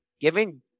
giving